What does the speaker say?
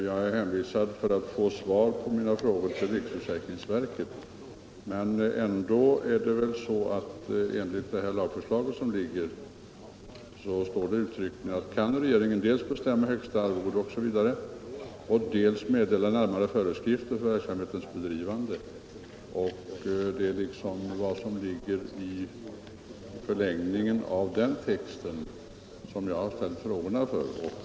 Herr talman! Jag är för att få svar på mina frågor hänvisad till riksförsäkringsverket, men i det lagförslag som nu ligger på riksdagens bord står det uttryckligen: ”——- kan regeringen dels bestämma högsta arvode ---, dels meddela närmare föreskrifter för verksamhetens bedrivande ---,” Det är för att få veta vad som ligger i förlängningen av den texten som jag har ställt frågorna.